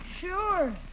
Sure